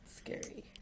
scary